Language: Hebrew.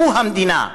הוא המדינה.